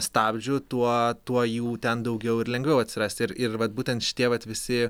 stabdžių tuo tuo jų ten daugiau ir lengviau atsiras ir ir vat būtent šitie vat visi